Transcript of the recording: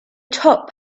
top